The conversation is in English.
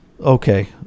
Okay